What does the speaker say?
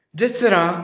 ਜਿਸ ਤਰ੍ਹਾਂ